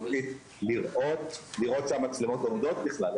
חוקית לראות שהמצלמות עובדות בכלל,